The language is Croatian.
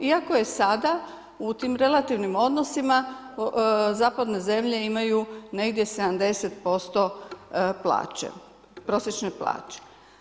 Iako je sada u tim relativnim odnosima, zapadne zemlje imaju negdje 70% plaće, prosječne plaće.